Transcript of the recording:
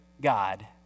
God